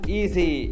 easy